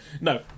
no